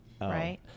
right